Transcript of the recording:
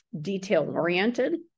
detail-oriented